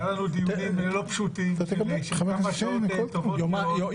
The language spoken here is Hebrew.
היו לנו דיונים לא פשוטים של כמה שעות טובות מאוד.